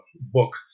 book